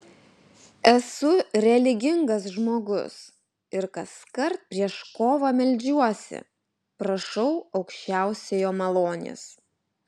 esu religingas žmogus ir kaskart prieš kovą meldžiuosi prašau aukščiausiojo malonės